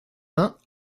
vingts